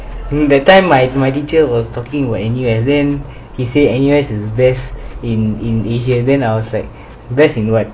during that time my my teacher was talking about and then he said N U S is best in in asia then I was like best in [what]